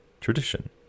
tradition